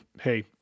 hey